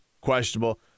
questionable